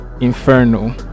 inferno